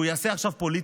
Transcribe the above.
שהוא יעשה עכשיו פוליטיקה,